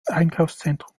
einkaufszentrum